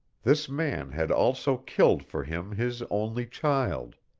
this man had also killed for him his only child.